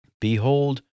Behold